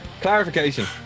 clarification